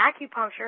Acupuncture